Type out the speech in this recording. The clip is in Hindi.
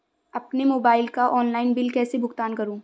अपने मोबाइल का ऑनलाइन बिल कैसे भुगतान करूं?